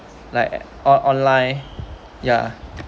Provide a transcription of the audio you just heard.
like on online ya